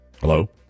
Hello